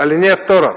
(2)